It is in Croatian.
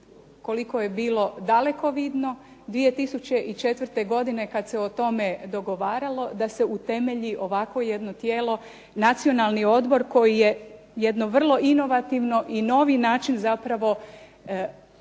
koliko je bilo dalekovidno 2004. godine kad se o tome dogovaralo da se utemelji ovakvo jedno tijelo, Nacionalni odbor koji je jedno vrlo inovativno i novi način uvođenja